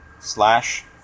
slash